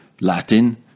Latin